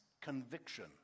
conviction